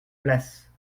place